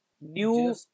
new